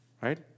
right